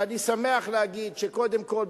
ואני שמח להגיד שקודם כול,